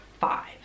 five